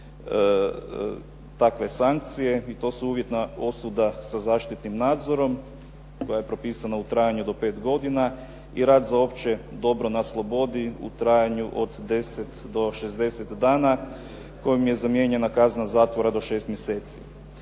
takve sankcije i to su uvjetna osuda sa zaštitnim nadzorom koja je propisana u trajanju do 5 godina i rad za opće dobro na slobodi u trajanju od 10 do 60 dana kojom je zamijenjena kazna zatvora do 6 mj.